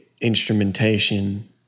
instrumentation